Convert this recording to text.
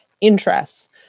interests